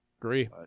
agree